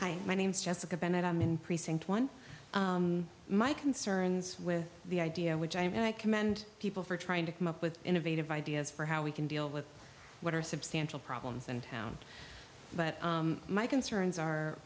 hi my name is jessica bennett i'm in precinct one my concerns with the idea which i and i commend people for trying to come up with innovative ideas for how we can deal with what are substantial problems in town but my concerns are